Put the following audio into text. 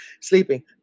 sleeping